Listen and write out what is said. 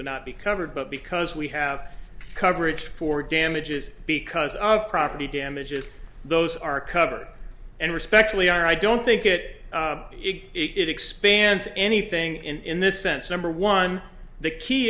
would not be covered but because we have coverage for damages because of property damages those are covered and respectfully are i don't think it it expands anything in this sense number one the key